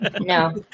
No